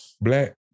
black